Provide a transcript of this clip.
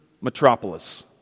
metropolis